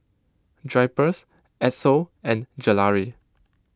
Drypers Esso and Gelare